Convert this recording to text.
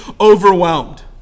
overwhelmed